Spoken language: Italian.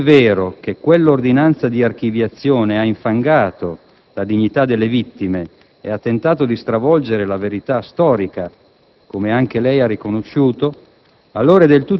Se è vero che quell'ordinanza di archiviazione ha infangato la dignità delle vittime e ha tentato di stravolgere la verità storica, come anche lei ha riconosciuto,